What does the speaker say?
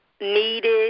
Needed